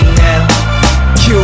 now